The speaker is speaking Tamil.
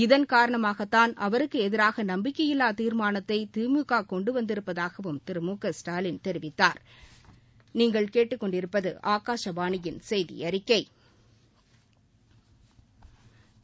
இதன் காரணமாகத்தான் அவருக்கு எதிராக நம்பிக்கையில்லா தீர்மானத்தை திமுக கொண்டு வந்திருப்பதாகவும் திரு மு க ஸ்டாலின் தெரிவித்தாா்